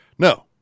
No